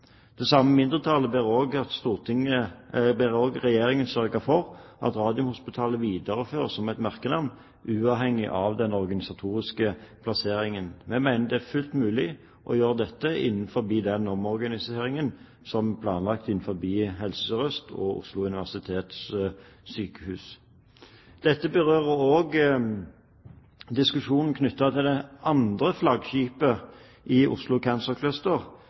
Det samme mindretallet ber også Regjeringen sørge for at Radiumhospitalet videreføres som et merkenavn, uavhengig av den organisatoriske plasseringen. Vi mener det er fullt mulig å gjøre dette innenfor den omorganiseringen som er planlagt innenfor Helse Sør-Øst og Oslo universitetssykehus. Dette berører også diskusjonen knyttet til det andre flaggskipet i Oslo Cancer Cluster,